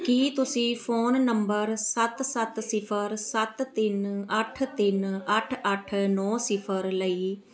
ਕੀ ਤੁਸੀਂ phone number ਸੱਤ ਸੱਤ ਸਿਫਰ ਸੱਤ ਤਿੰਨ ਅੱਠ ਤਿੰਨ ਅੱਠ ਅੱਠ ਨੌਂ ਸਿਫਰ ਲਈ